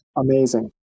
Amazing